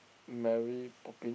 Mary Poppin